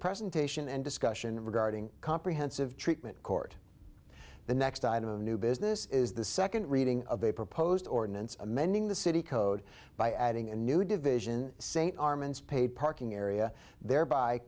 presentation and discussion regarding comprehensive treatment court the next item of new business is the second reading of a proposed ordinance amending the city code by adding a new division st armand's paid parking area thereby